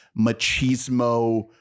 machismo